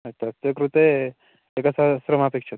तस्य कृते एकसहस्रमपेक्षते